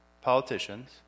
politicians